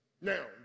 Now